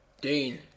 Dean